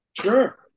Sure